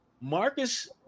Marcus